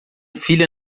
filha